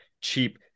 cheap